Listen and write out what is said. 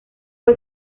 fue